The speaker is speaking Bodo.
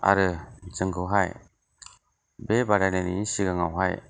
आरो जोंखौहाय बे बादायनायनि सिगाङावहाय